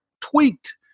tweaked